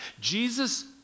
Jesus